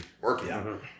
working